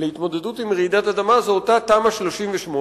להתמודדות עם רעידת אדמה זה אותה תמ"א 38,